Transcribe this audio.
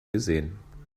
gesehen